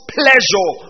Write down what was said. pleasure